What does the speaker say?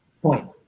point